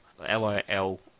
LOL